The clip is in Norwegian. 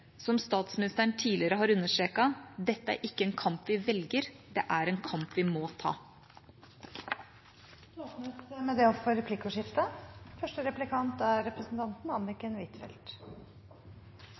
Som statsministeren tidligere har understreket: Dette er ikke en kamp vi velger, det er en kamp vi må ta. Det blir replikkordskifte. Det har vært mange diskusjoner om internasjonale militære operasjoner, og en av erfaringene fra Afghanistan er